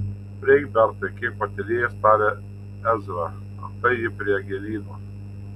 prieik bertai kiek patylėjęs tarė ezra antai ji prie gėlyno